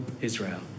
Israel